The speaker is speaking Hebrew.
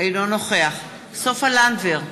אינו נוכח סופה לנדבר,